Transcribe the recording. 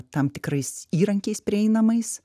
tam tikrais įrankiais prieinamais